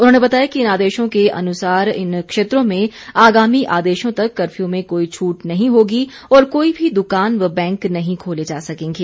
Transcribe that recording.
उन्होनें बताया कि इन आदेशों के अनुसार इन क्षेत्रों में आगामी आदेशों तक कर्फ्यू में कोई छूट नहीं होगी और कोई भी दुकान व बैंक नहीं खोले जा सकेंगे